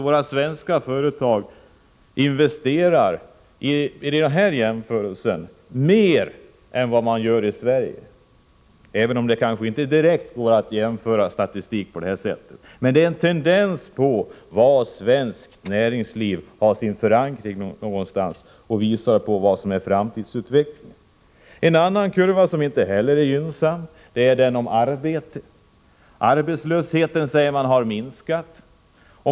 Vid denna jämförelse investerar våra svenska företag mer utomlands än vad de investerar i Sverige — låt vara att det kanske inte går att direkt jämföra statistik på det här sättet. Det är en tendens beträffande var det svenska näringslivet har sin förankring och visar på vad som är den framtida utvecklingen. En annan kurva som inte heller är gynnsam är den om arbete. Arbetslösheten säger man har minskat.